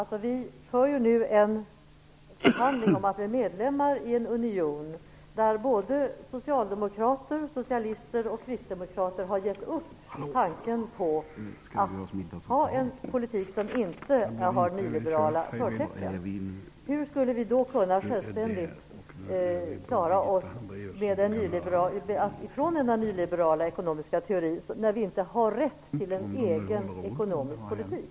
Herr talman! Sverige för nu förhandlingar om att bli medlem i en union där socialdemokrater, socialister och kristdemokrater har givit upp kampen för en politik som inte har nyliberala förtecken. Hur skulle vi självständigt kunna klara oss från denna nyliberala ekonomiska teori när vi inte har rätt till egen ekonomisk politik?